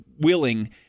willing